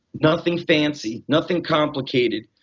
nothing fancy, nothing complicated.